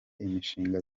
imishinga